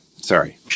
sorry